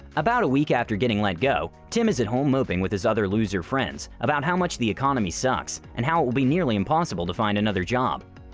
about a week after getting let go, tim is at home moping with his other loser friends about how much the economy sucks and how it will be nearly impossible to find another job.